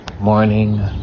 Morning